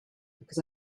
because